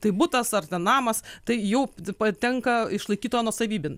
tai butas ar namas tai jau patenka išlaikyto nuosavybėn